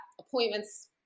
appointments